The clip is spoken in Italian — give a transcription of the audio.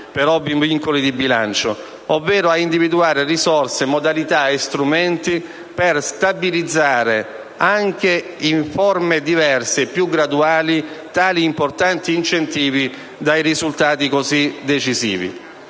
per ovvi vincoli di bilancio, ovvero a individuare risorse, modalità e strumenti per stabilizzare, anche in forme diverse e più graduali, tali importanti incentivi dai risultati così decisivi.